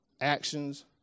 Actions